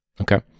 Okay